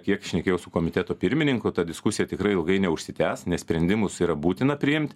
kiek šnekėjau su komiteto pirmininku ta diskusija tikrai ilgai neužsitęs nes sprendimus yra būtina priimt